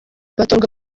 batorwa